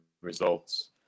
results